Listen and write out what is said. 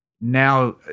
Now